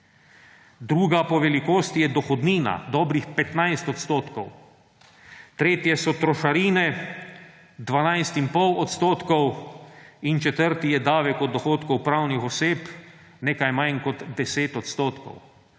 Druga po velikosti je dohodnina, dobrih 15 odstotkov, tretje so trošarine 12 in pol odstotka in četrti je davek od dohodkov pravnih oseb, nekaj manj kot 10 odstotkov.